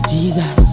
Jesus